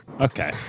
Okay